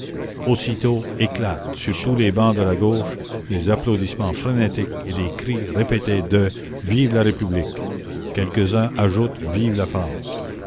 aussitôt éclatent sur tous les bancs de la gauche des applaudissements frénétiques et des cris répétés de vive la république quelques-uns ajoutent vive la france